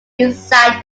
inside